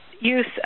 use